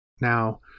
Now